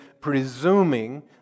presuming